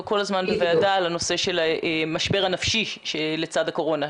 כל הזמן בוועדה על הנושא של המשבר הנפשי לצד הקורונה,